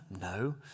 no